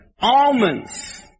Almonds